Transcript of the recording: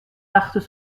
partent